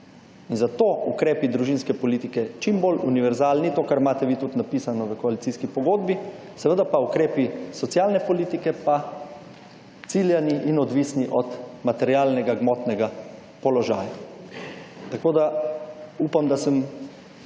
zato ukrepi družinske politike, čim bolj univerzalni, to, kar imate vi tudi napisano v koalicijski pogodbi, seveda pa ukrepi socialne politike pa ciljani in odvisni od materialnega, gmotnega položaja. Tako da, upam, da sem